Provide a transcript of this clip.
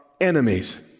enemies